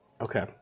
Okay